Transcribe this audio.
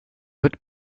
wird